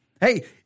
Hey